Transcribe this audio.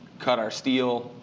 cut our steel.